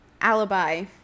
alibi